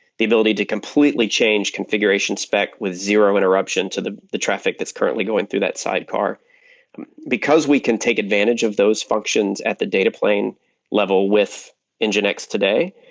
the ability to completely change configuration spec with zero interruption to the the traffic that's currently going through that sidecar because we can take advantage of those functions at the data plane level with nginx today,